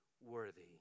worthy